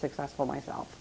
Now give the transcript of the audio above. successful myself